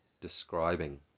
describing